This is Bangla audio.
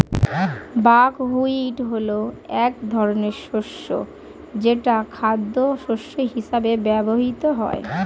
বাকহুইট হলো এক ধরনের শস্য যেটা খাদ্যশস্য হিসেবে ব্যবহৃত হয়